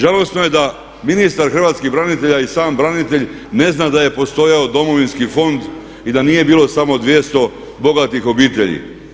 Žalosno je da ministar hrvatskih branitelja i sam branitelj ne zna da je postojao domovinski fond i da nije bilo samo 200 bogatih obitelji.